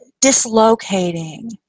dislocating